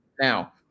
Now